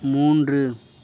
மூன்று